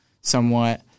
somewhat